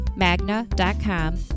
Magna.com